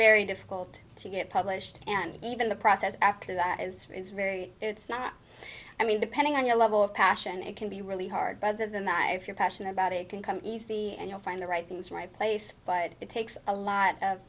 very difficult to get published and even the process after that it's very it's not i mean depending on your level of passion it can be really hard by other than that if you're passionate about it can come easy and you'll find the right things right place but it takes a lot of